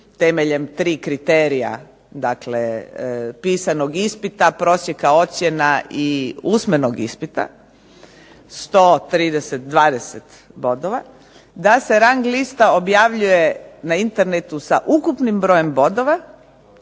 temeljem tri kriterija. Dakle, pisanog ispita, prosjeka ocjena i usmenog ispita sto trideset, dvadeset bodova da se rang lista objavljuje na Internetu sa ukupnim brojem bodova